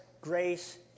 grace